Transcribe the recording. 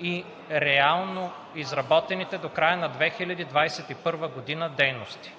и реално изработените до края на 2021 г. дейности.